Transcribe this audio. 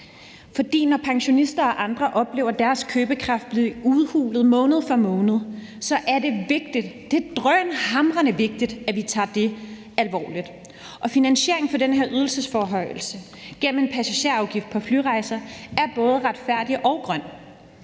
For når pensionister og andre oplever deres købekraft blive udhulet måned for måned, er det vigtigt – det er drønhamrende vigtigt – at vi tager det alvorligt, og finansieringen af den her ydelsesforhøjelse gennem en passagerafgift på flyrejser er både retfærdig og grøn.